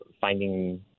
finding